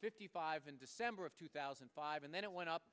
fifty five in december of two thousand and five and then it went up